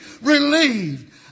relieved